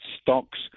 stocks